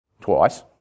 twice